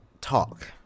talk